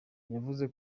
yavuze